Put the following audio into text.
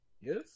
yes